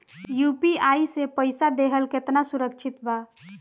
UPI से पईसा देहल केतना सुरक्षित बा?